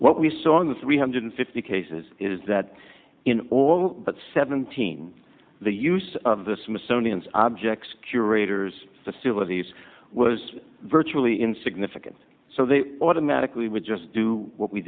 what we saw in the three hundred fifty cases is that in all but seventeen the use of the smithsonian's objects curators facilities was virtually insignificant so they automatically would just do what we